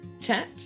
chat